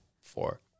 Four